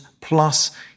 plus